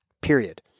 period